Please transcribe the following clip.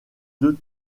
deux